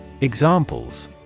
Examples